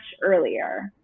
earlier